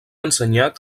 ensenyat